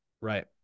Right